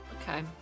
Okay